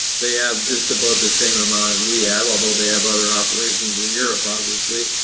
they have just about the same amount as we have although they have other operations in europe obviously,